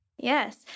Yes